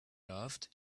loved